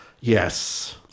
Yes